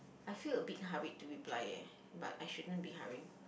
I feel a bit hurried to reply eh but I shouldn't be hurrying